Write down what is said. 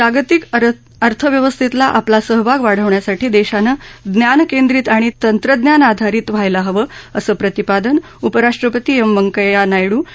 जागतिक अर्थव्यवस्थेतला आपला सहभाग वाढवण्यासाठी देशानं ज्ञान केंद्रीत आणि तंत्रज्ञानाधारित व्हायला हवं असं प्रतिपादन उपराष्ट्रपती एम वैंकय्या नायडू यांनी केलं